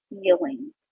feeling